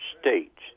States